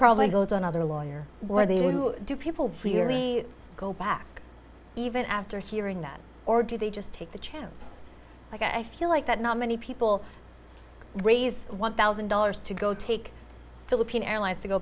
probably go to another lawyer where they do do people really go back even after hearing that or do they just take the chance like i feel like that not many people raise one thousand dollars to go take philippine airlines to go